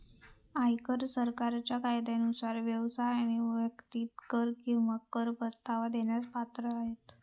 आयकर सरकारच्या कायद्यानुसार व्यवसाय आणि व्यक्ती कर किंवा कर परतावा देण्यास पात्र आहेत